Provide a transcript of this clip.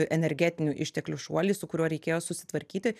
energetinių išteklių šuolį su kuriuo reikėjo susitvarkyti